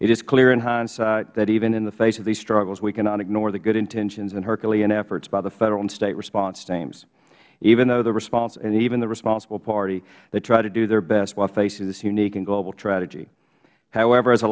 it is clear in hindsight that even in the face of these struggles we cannot ignore the good intentions and herculean efforts by the federal and state response teams even though the responseh and even the responsible party tried to do their best while facing this unique and global tragedy however as a